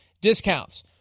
discounts